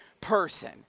person